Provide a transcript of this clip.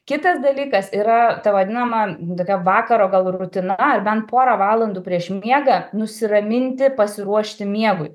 kitas dalykas yra ta vadinama tokia vakaro gal rutina ar bent porą valandų prieš miegą nusiraminti pasiruošti miegui